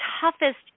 toughest